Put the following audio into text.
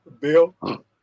Bill